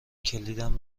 کلیدم